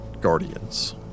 guardians